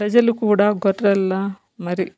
ప్రజలు కూడా గొర్రెల్లా మారి